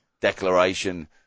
declaration